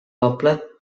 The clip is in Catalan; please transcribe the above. poble